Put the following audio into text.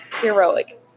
heroic